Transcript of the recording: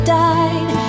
died